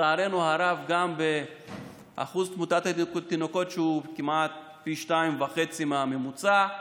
לצערנו, תמותת התינוקות היא כמעט פי 2.5 מהממוצע.